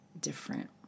different